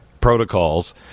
protocols